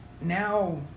now